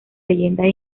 leyendas